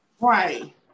Right